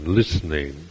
listening